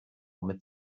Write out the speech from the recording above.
mit